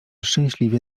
szczęśliwie